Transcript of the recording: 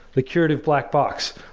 the curative black box.